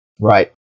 Right